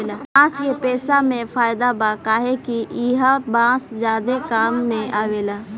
बांस के पेसा मे फायदा बा काहे कि ईहा बांस ज्यादे काम मे आवेला